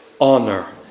honor